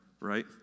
right